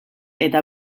eta